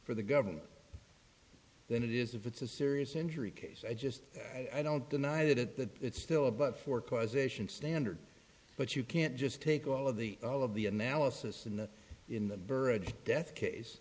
for the government then it is if it's a serious injury case i just i don't deny that it's still about four causation standard but you can't just take all of the all of the analysis and in the bird death case